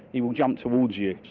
he will jump towards you.